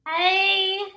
Hey